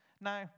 Now